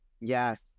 Yes